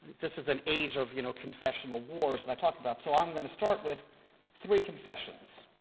this is an age of you know confessional wars that i talk about, so i'm going to start with three confessions.